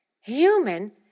human